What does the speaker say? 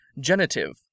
Genitive